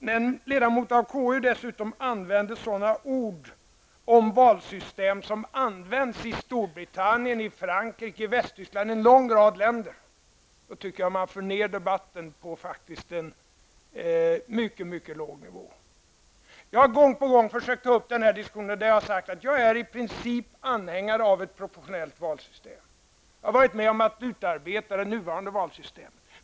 När en ledamot av konstitutionsutskottet dessutom använder sådana ord om det valsystem som används i Storbritannien, i Frankrike, i Tyskland och i en lång rad andra länder, så tycker jag att debatten förs ned på en mycket låg nivå. Jag har gång på gång försökt ta upp den här diskussionen och sagt att jag i princip är anhängare av ett proportionellt valsystem. Jag har varit med om att utarbeta det nuvarande valsystemet.